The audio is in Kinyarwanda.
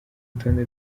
rutonde